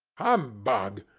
humbug!